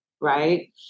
Right